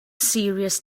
serious